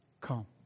come